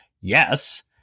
Yes